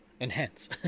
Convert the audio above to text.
enhance